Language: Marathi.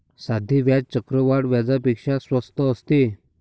साधे व्याज चक्रवाढ व्याजापेक्षा स्वस्त असते